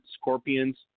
Scorpions